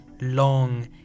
long